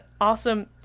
awesome